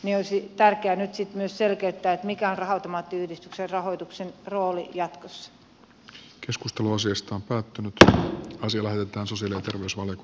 nyt olisi tärkeää sitten myös selkeyttää mikä on raha automaattiyhdistyksen rahoituksen rooli jatkossa keskustelua syystä kaatunut ja sillä on susi lähtee myös valko